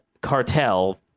cartel